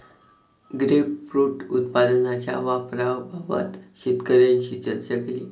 grapefruit उत्पादनाच्या वापराबाबत शेतकऱ्यांशी चर्चा केली